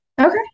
Okay